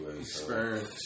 Experience